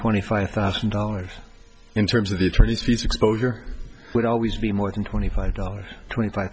twenty five thousand dollars in terms of the attorney's fees exposure would always be more than twenty five dollars twenty five